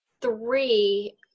three